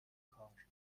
کار